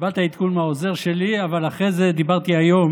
קיבלת עדכון מהעוזר שלי, אבל אחרי זה דיברתי היום